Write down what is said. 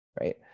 right